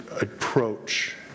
approach